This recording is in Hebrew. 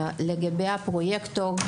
לגבי הפרויקטור,